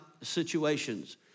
situations